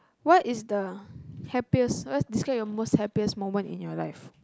what is the happiest what describe your most happiest moment in your life